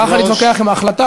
מותר לך להתווכח עם ההחלטה,